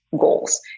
goals